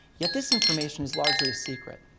yet this information is largely a secret.